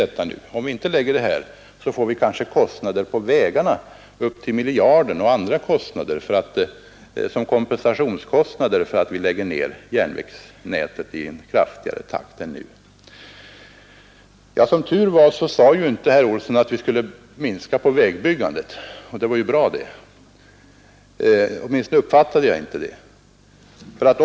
Han sade att om vi inte lägger ned de här summorna på järnvägarna kanske vi får miljardkostnader för vägarna, och andra kostnader, som kompensationskostnader för att vi lägger ned järnvägsnätet i en kraftigare takt än nu. Som tur var sade inte herr Olsson att vi skulle minska vägbyggandet — och det var bra — åtminstone uppfattade inte jag det så.